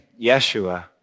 Yeshua